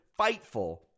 FIGHTFUL